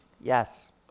Yes